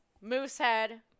Moosehead